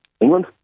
England